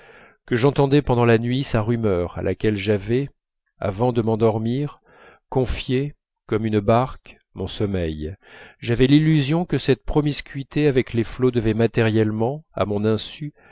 que j'entendais pendant la nuit sa rumeur à laquelle j'avais avant de m'endormir confié comme une barque mon sommeil j'avais l'illusion que cette promiscuité avec les flots devait matériellement à mon insu